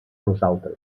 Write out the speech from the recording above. nosaltres